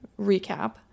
recap